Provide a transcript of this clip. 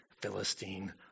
Philistine